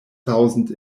thousand